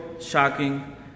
shocking